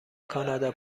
کانادا